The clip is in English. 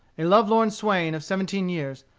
a lovelorn swain of seventeen years.